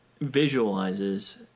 visualizes